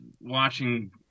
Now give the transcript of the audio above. watching